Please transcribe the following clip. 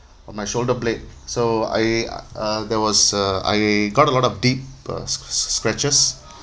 on my shoulder blade so I uh there was uh I got a lot of deep uh s~ s~ scratches